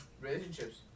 relationships